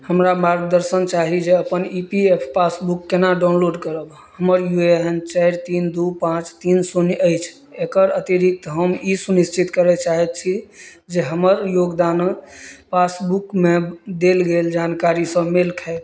हमरा मार्गदर्शन चाही जे अपन ई पी एफ पासबुक कोना डाउनलोड करब हमर यू ए एन चारि तीन दुइ पाँच तीन शून्य अछि एकर अतिरिक्त हम ई सुनिश्चित करै चाहै छी जे हमर योगदानके पासबुकमे देल गेल जानकारीसँ मेल खाए